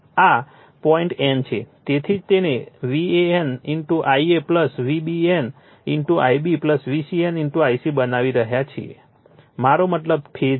આ point N છે તેથી જ તેને VAN Ia v BN Ib VCN Ic બનાવી રહ્યા છીએ મારો મતલબ ફેઝ છે